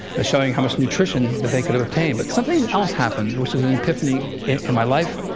showing how much nutrition that they could've obtained. but something else happened, which was an epiphany in my life.